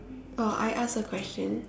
or I ask a question